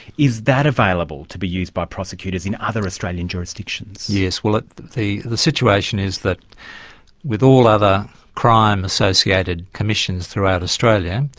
is that available to be used by prosecutors in other australian jurisdictions? yes, well ah the the situation is that with all other crime-associated commissions throughout australia,